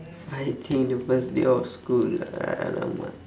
fighting the first day of school ah !alamak!